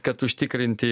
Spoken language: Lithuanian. kad užtikrinti